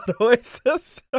Oasis